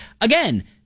again